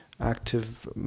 active